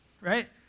right